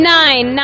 nine